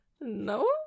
No